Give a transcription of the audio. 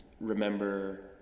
remember